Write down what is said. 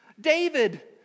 David